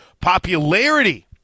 Popularity